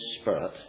Spirit